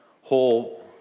whole